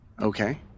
Okay